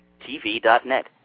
TV.net